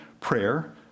prayer